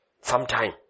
Sometime